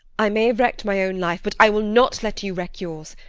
i may have wrecked my own life, but i will not let you wreck yours.